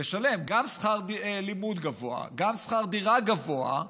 לשלם גם שכר לימוד גבוה, גם שכר דירה גבוה,